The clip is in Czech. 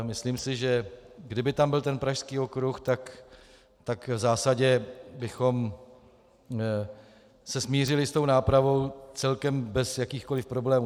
Myslím si, že kdyby tam byl ten Pražský okruh, tak v zásadě bychom se smířili s tou nápravou celkem bez jakýchkoliv problémů.